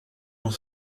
dans